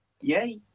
yay